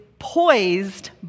Poised